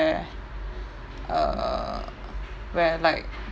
err where like